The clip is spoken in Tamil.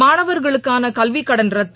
மாணவா்களுக்கான கல்விக்கடன் ரத்து